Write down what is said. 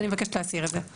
אז אני מבקשת להסיר את זה.